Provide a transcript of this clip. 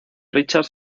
richard